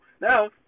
now